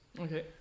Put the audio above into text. Okay